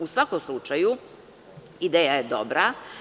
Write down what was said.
U svakom slučaju, ideja je dobra.